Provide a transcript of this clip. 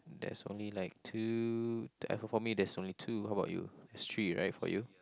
there's only like two for for me there's only two how about you it's three right for you